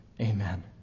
Amen